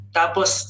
tapos